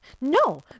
no